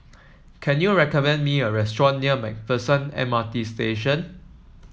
can you recommend me a restaurant near MacPherson M R T Station